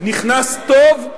נכנס טוב,